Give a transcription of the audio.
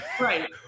Right